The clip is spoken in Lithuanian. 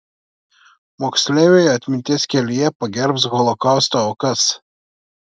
moksleiviai atminties kelyje pagerbs holokausto aukas